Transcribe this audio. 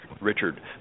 Richard